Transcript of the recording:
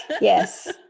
Yes